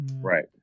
Right